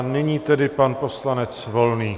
Nyní tedy pan poslanec Volný.